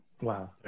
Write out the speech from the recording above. Wow